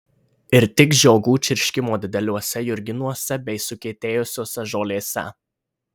ir tik žiogų čirškimo dideliuose jurginuose bei sukietėjusiose žolėse